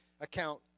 account